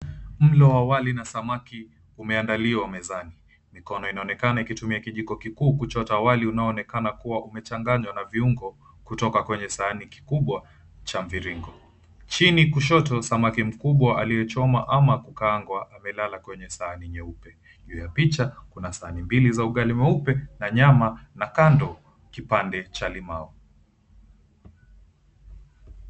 Mlo wa wali na samaki umeandaliwa mezani. Mikono inaonekana ikitumia kijiko kikuu kuchota wali unaonekana kuwa umechanganywa na viungo kutoka kwenye sahani kikubwa cha mviringo. Chini kushoto samaki mkubwa aliyechomwa ama kukaangwa amelala kwenye sahani nyeupe. Juu ya picha kuna sahani mbili za ugali mweupe na nyama na kando kipande cha limau.